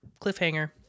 cliffhanger